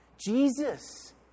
Jesus